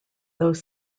though